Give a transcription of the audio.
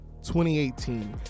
2018